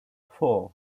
four